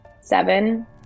seven